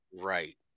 Right